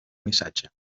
missatge